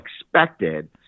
expected